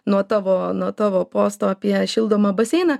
nuo tavo nuo tavo posto apie šildomą baseiną